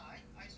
I